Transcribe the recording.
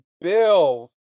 Bills